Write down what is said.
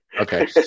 Okay